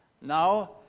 Now